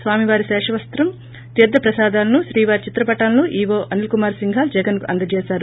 స్వామివారి శేషవస్తం తీర్లప్రసాదాలను శ్రీవారి చిత్రపటాలను ఈవో అనిల్కుమార్ సింఘాల్ జగన్ కు అందజేశారు